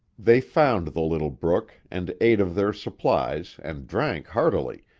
they found the little brook, and ate of their supplies and drank heartily,